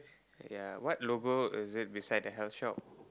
ya what logo is it beside the health shop